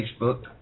Facebook